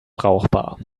brauchbar